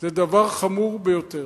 הונאת דברים, זה דבר חמור ביותר.